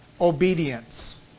obedience